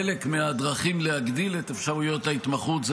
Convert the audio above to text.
חלק מהדרכים להגדיל את אפשרויות ההתמחות זה